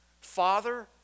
Father